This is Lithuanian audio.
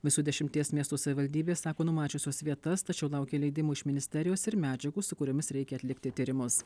visų dešimties miestų savivaldybės sako numačiusios vietas tačiau laukia leidimų iš ministerijos ir medžiagų su kuriomis reikia atlikti tyrimus